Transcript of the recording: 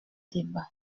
débat